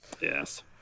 yes